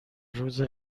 روز